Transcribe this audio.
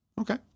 okay